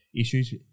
issues